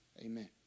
amen